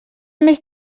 més